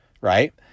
Right